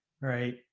right